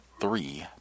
three